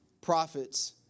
prophets